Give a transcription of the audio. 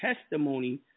testimony